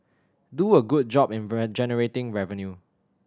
do a good job in generating revenue